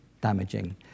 damaging